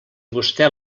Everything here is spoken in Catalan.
vostè